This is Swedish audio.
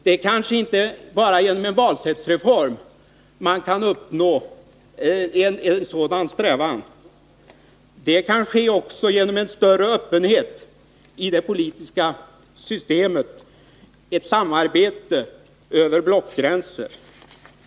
Det är inte bara genom en valsättsreform man kan uppnå ett sådant mål. Det kan ske också genom en större öppenhet i det politiska systemet, ett samarbete över blockgränser.